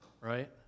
right